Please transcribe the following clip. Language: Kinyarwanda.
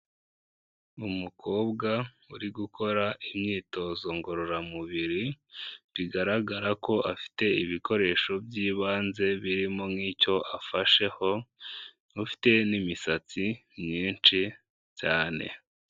Umukobwa uri gukora imyitozo ngororamubiri, bigaragara ko afite ibikoresho by'ibanze birimo nk'icyo afasheho, ufite n'imisatsi myinshi cyane.